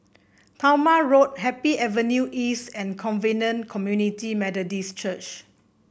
Talma Road Happy Avenue East and Covenant Community Methodist Church